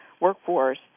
workforce